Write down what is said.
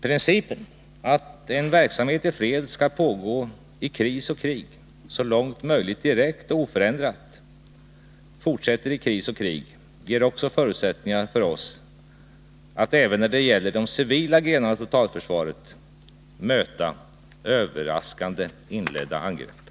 Principen att en verksamhet i fred skall pågå i kris och krig så långt möjligt direkt och oförändrat ger också förutsättningar för oss att även när det gäller de civila grenarna av totalförsvaret möta överraskande inledda angrepp.